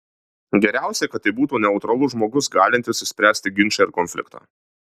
geriausia kad tai būtų neutralus žmogus galintis išspręsti ginčą ar konfliktą